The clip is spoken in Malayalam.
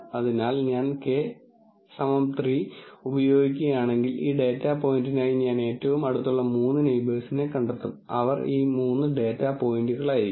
അതിനാൽ ഞാൻ k 3 ഉപയോഗിക്കുകയാണെങ്കിൽ ഈ ഡാറ്റ പോയിന്റിനായി ഞാൻ ഏറ്റവും അടുത്തുള്ള മൂന്ന് നെയിബേഴ്സിനെ കണ്ടെത്തും അവർ ഈ മൂന്ന് ഡാറ്റാ പോയിന്റുകളായിരിക്കും